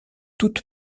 toute